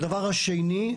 הדבר השני,